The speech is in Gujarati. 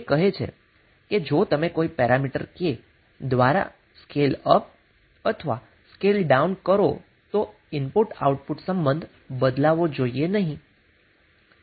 જે કહે છે કે જો તમે કોઇ પેરામીટર K દ્વારા સ્કેલ અપ અથવા સ્કેલ ડાઉન કરો તો ઇનપુટ આઉટપુટ સંબંધ બદલાવો જોઈએ નહીં